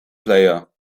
player